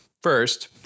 First